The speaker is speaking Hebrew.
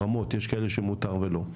יש כאלו שמותר ויש כאלו שלא.